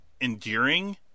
endearing